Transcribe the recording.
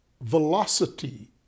velocity